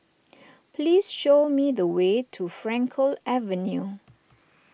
please show me the way to Frankel Avenue